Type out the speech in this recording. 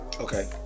Okay